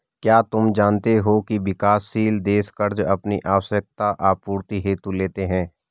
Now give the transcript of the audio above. क्या तुम जानते हो की विकासशील देश कर्ज़ अपनी आवश्यकता आपूर्ति हेतु लेते हैं?